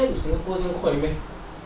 back to singapore 这样快的 meh